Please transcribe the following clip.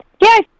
Yes